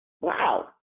wow